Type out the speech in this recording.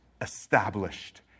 established